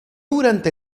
durante